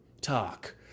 talk